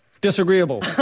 Disagreeable